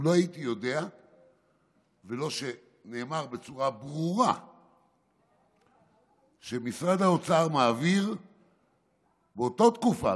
אם לא הייתי יודע ולא נאמר בצורה ברורה שמשרד האוצר מעביר באותה תקופה,